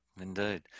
indeed